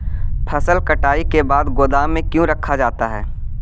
फसल कटाई के बाद गोदाम में क्यों रखा जाता है?